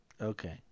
okay